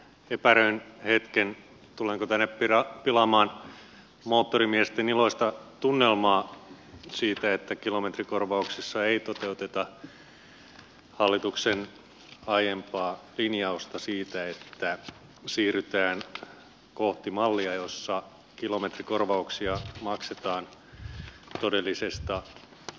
epäröin hetken tulenko tänne pilaamaan moottorimiesten iloista tunnelmaa siitä että kilometrikorvauksissa ei toteuteta hallituksen aiempaa linjausta siitä että siirrytään kohti mallia jossa kilometrikorvauksia maksetaan todellisista kustannuksista